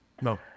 No